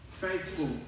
faithful